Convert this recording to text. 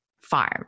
farm